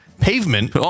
Pavement